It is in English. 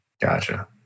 Gotcha